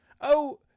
Oh